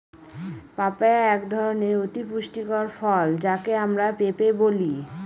papaya একধরনের অতি পুষ্টিকর ফল যাকে আমরা পেঁপে বলি